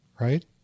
right